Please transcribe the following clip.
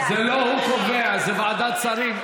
זה לא הוא שקובע, זו ועדת שרים.